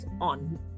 on